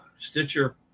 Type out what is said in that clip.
Stitcher